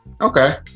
Okay